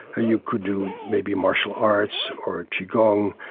you could do maybe martial arts or qigong,